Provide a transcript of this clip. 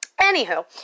Anywho